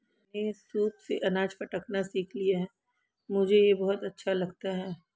मैंने सूप से अनाज फटकना सीख लिया है मुझे यह बहुत अच्छा लगता है